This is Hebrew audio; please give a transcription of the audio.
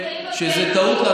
חושב שזו טעות.